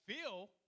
feel